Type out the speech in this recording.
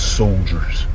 soldiers